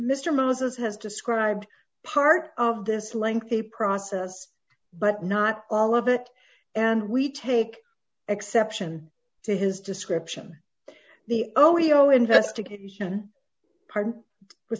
mr moses have described part of this lengthy process but not all of it and we take exception to his description of the omeo investigation pardon for